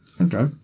Okay